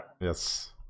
Yes